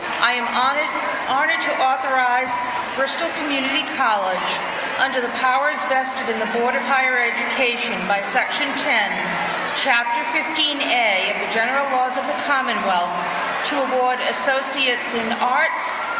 i am honored honored to authorized bristol community college under the powers vested in the board of higher education by section ten chapter fifteen a of the general laws of the commonwealth to award associates in arts,